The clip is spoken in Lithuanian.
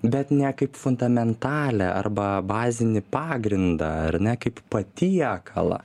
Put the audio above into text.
bet ne kaip fundamentalią arba bazinį pagrindą ar ne kaip patiekalą